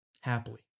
Happily